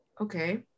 okay